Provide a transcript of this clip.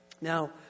Now